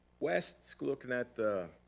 west's looking at the